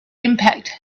impact